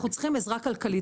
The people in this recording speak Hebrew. אנחנו צריכים עזרה כלכלית.